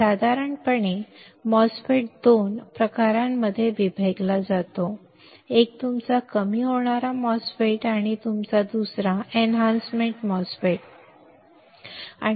साधारणपणे MOSFET 2 प्रकारांमध्ये विभागला जातो एक तुमचा कमी होणारा प्रकार MOSFET दुसरा एक तुमचा एनहॅन्समेंट प्रकार MOSFET